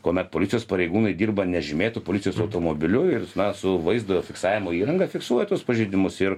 kuomet policijos pareigūnai dirba nežymėtu policijos automobiliu ir na su vaizdo fiksavimo įranga fiksuoja tuos pažeidimus ir